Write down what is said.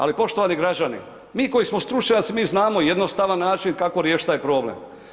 Ali poštovani građani, mi koji smo stručnjaci, mi znamo jednostavan način kako riješiti taj problem.